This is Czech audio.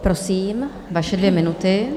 Prosím, vaše dvě minuty.